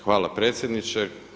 Hvala predsjedniče.